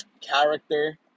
character